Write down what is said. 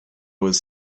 was